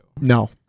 No